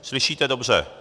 Slyšíte dobře.